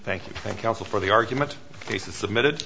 thank you thank you also for the argument we submitted